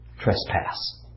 trespass